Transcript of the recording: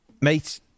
mate